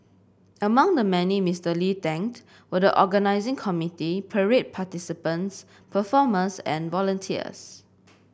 among the many Mister Lee thanked were the organising committee parade participants performers and volunteers